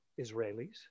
Israelis